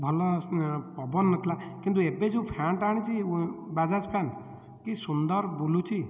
ଭଲ ପବନ ନଥିଲା କିନ୍ତୁ ଏବେ ଯେଉଁ ଫ୍ୟାନ୍ଟା ଆଣିଛି ବାଜାଜ ଫ୍ୟାନ୍ କି ସୁନ୍ଦର ବୁଲୁଛି